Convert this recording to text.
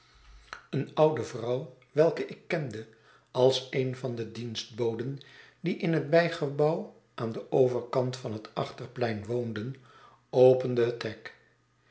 eene oude vrouw welke ik kende als eene van de dienstboden die in het bijgebouw aan den overkant van het achterplein woonden opende het